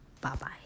bye-bye